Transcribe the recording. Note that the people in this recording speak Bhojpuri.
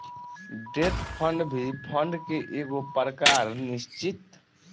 डेट फंड भी फंड के एगो प्रकार निश्चित